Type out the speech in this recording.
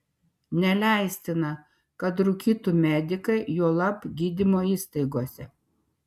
neleistina kad rūkytų medikai juolab gydymo įstaigose